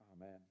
Amen